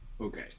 okay